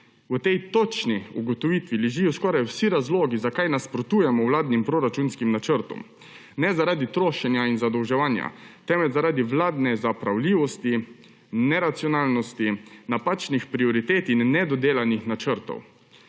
V tej točni ugotovitvi ležijo skoraj vsi razlogi, zakaj nasprotujemo vladnim proračunskim načrtom – ne zaradi trošenja in zadolževanja, temveč zaradi vladne zapravljivosti, neracionalnosti, napačnih prioritet in nedodelanih načrtov.